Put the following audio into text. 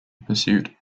pursuit